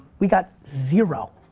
we got zero.